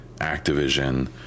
Activision